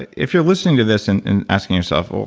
if you're listening to this and asking yourself, oh,